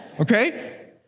Okay